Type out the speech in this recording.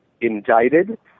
indicted